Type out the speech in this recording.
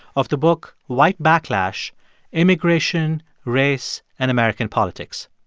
of the book white backlash immigration, race, and american politics.